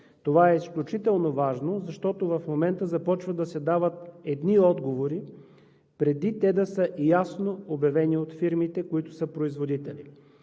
Това е изключително важно, защото в момента започва да се дават едни отговори, преди те да са ясно обявени от фирмите, които са производители.